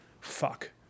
fuck